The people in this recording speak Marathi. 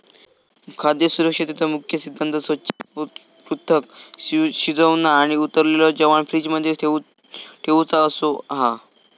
खाद्य सुरक्षेचो मुख्य सिद्धांत स्वच्छ, पृथक, शिजवना आणि उरलेला जेवाण फ्रिज मध्ये ठेउचा असो हा